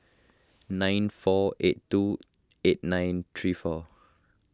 nine four eight two eight nine three four